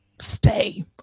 stay